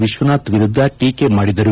ವಿಶ್ವನಾಥ್ ವಿರುದ್ದ ಟೀಕೆ ಮಾಡಿದರು